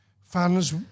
fans